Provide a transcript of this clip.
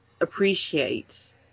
appreciate